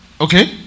Okay